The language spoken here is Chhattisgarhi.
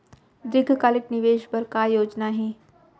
दीर्घकालिक निवेश बर का योजना हे?